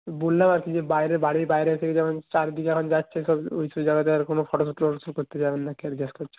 বললাম আর কি যে বাইরে বাড়ির বাইরে থেকে যাবেন চার দিন যখন যাচ্ছেন ওইসব জায়গাতে আর কোনো ফটোশ্যুট টটোশ্যুট যাবেন কি না জিজ্ঞাস করছি